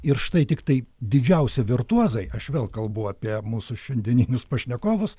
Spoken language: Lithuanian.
ir štai tiktai didžiausi virtuozai aš vėl kalbu apie mūsų šiandieninius pašnekovus